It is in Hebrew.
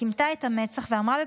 קימטה את המצח ואמרה בפסקנות: